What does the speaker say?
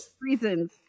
reasons